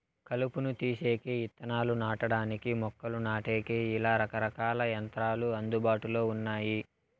కలుపును తీసేకి, ఇత్తనాలు నాటడానికి, మొక్కలు నాటేకి, ఇలా రకరకాల యంత్రాలు అందుబాటులో ఉన్నాయి